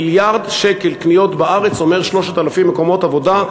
מיליארד שקל קניות בארץ אומר 3,000 מקומות עבודה.